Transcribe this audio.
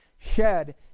shed